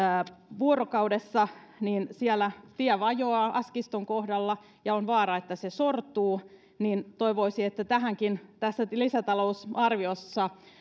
vuorokaudessa ja siellä tie vajoaa askiston kohdalla ja on vaara että se sortuu joten toivoisi että tähänkin tässä lisätalousarviossa